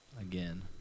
again